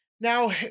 now